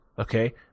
okay